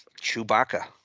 Chewbacca